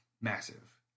massive